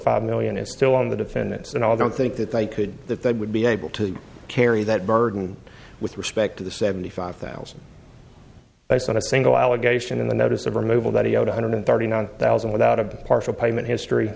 five million is still on the defendants and all don't think that they could that they would be able to carry that burden with respect to the seventy five thousand based on a single allegation in the notice of removal that he owed one hundred thirty nine thousand without a partial payment history